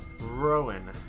Rowan